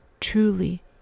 truly